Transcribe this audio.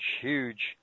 huge